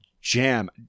jam